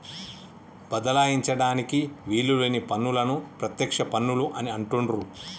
బదలాయించడానికి వీలు లేని పన్నులను ప్రత్యక్ష పన్నులు అని అంటుండ్రు